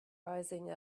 rising